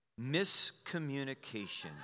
Miscommunication